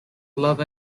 love